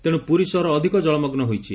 ତେଶୁ ପୁରୀ ସହର ଅଧିକ ଜଳମଗ୍ନ ହୋଇଛି